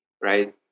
right